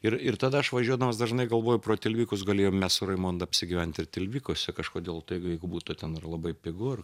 ir ir tada aš važiuodamas dažnai galvoju pro tilvikus galėjom mes su raimonda apsigyventi ir tilvikuose kažkodėl taigi jeigu būtų ten ar labai pigu ar